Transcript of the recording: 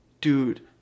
Dude